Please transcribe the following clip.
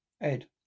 Ed